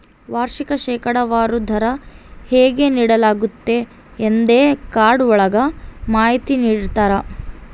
ವಾರ್ಷಿಕ ಶೇಕಡಾವಾರು ದರ ಹೇಗೆ ನೀಡಲಾಗ್ತತೆ ಎಂದೇ ಕಾರ್ಡ್ ಒಳಗ ಮಾಹಿತಿ ನೀಡಿರ್ತರ